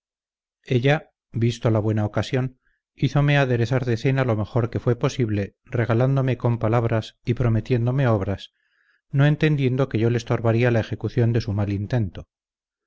ella visto la buena ocasión hízome aderezar de cenar lo mejor que fué posible regalándome con palabras y prometiéndome obras no entendiendo que yo le estorbaría la ejecución de su mal intento